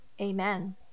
Amen